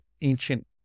ancient